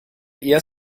eher